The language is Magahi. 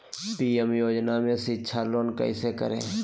पी.एम योजना में शिक्षा लोन कैसे करें?